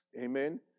amen